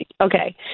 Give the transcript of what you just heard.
Okay